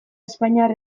espainiar